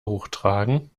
hochtragen